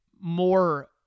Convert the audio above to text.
more